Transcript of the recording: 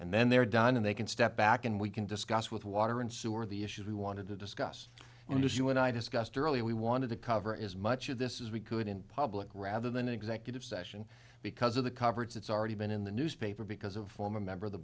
and then they're done and they can step back and we can discuss with water and sewer the issues we wanted to discuss and as you and i discussed earlier we wanted to cover as much of this is we could in public rather than an executive session because of the coverage that's already been in the newspaper because of former member of the